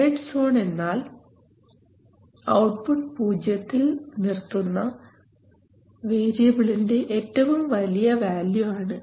dead zone എന്നാൽ output 0 യിൽ നിർത്തുന്ന വേരിയബിളിൻറെ ഏറ്റവും വലിയ വാല്യു ആണ്